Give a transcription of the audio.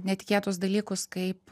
netikėtus dalykus kaip